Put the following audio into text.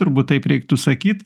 turbūt taip reiktų sakyti